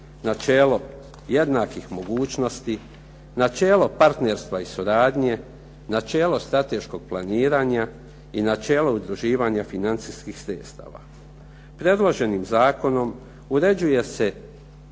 načelo jednakih mogućnosti, načelo partnerstva i suradnje, načelo strateškog planiranja i načelo udruživanja financijskih sredstava. Predloženim zakonom uređuje se